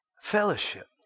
Fellowship